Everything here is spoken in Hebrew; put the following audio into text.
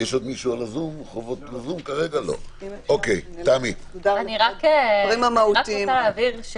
אני רק רוצה להבהיר,